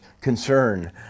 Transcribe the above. concern